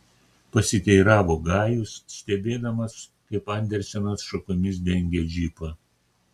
pasiteiravo gajus stebėdamas kaip andersenas šakomis dengia džipą